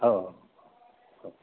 हो हो हो